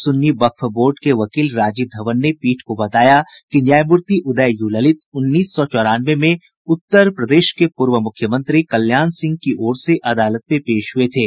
सुन्नी वक्फ बोर्ड के वकील राजीव धवन ने पीठ को बताया कि न्यायमूर्ति उदय यू ललित उन्नीस सौ चौरानवे में उत्तर प्रदेश के पूर्व मुख्यमंत्री कल्याण सिंह की ओर से अदालत में पेश हुए थे